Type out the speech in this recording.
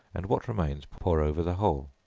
and what remains, pour over the whole,